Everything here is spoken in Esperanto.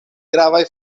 gravaj